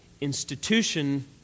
institution